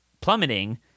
plummeting